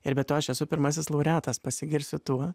ir be to aš esu pirmasis laureatas pasigirsiu tuo